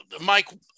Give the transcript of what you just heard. Mike